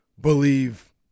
believe